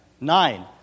Nine